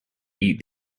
eat